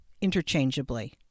interchangeably